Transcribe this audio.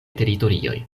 teritorioj